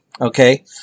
Okay